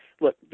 Look